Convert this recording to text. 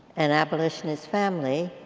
an abolitionist family.